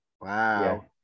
Wow